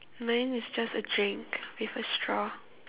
mine is just a drink with a straw